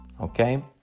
okay